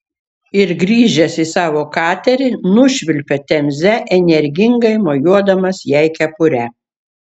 ir grįžęs į savo katerį nušvilpė temze energingai mojuodamas jai kepure